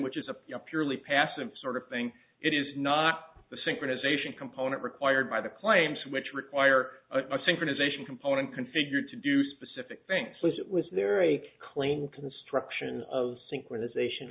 which is a purely passive sort of thing it is not the synchronization component required by the claims which require a synchronization component configured to do specific things so it was there a clean construction of synchronization